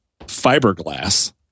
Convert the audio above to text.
fiberglass